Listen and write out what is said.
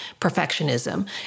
perfectionism